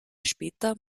später